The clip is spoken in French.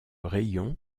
rayon